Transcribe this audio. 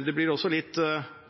Det blir også litt